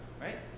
right